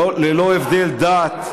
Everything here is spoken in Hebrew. ללא הבדלי דת,